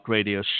Radio